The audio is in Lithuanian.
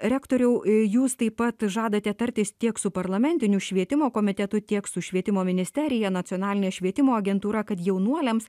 rektoriau jūs taip pat žadate tartis tiek su parlamentiniu švietimo komitetu tiek su švietimo ministerija nacionaline švietimo agentūra kad jaunuoliams